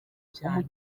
cyane